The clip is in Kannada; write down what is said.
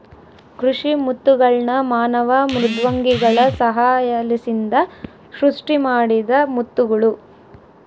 ಕೃಷಿ ಮುತ್ತುಗಳ್ನ ಮಾನವ ಮೃದ್ವಂಗಿಗಳ ಸಹಾಯಲಿಸಿಂದ ಸೃಷ್ಟಿಮಾಡಿದ ಮುತ್ತುಗುಳು